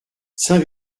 saint